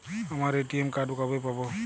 আমার ATM card কবে পাব?